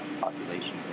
population